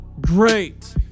great